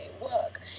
work